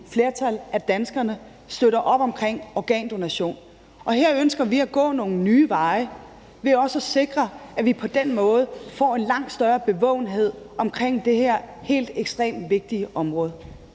flertal af danskerne støtter op omkring organdonation. Her ønsker vi at gå nogle nye veje ved at sikre, at vi på den måde får en langt større bevågenhed omkring det her helt ekstremt vigtige område.